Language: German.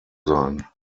sein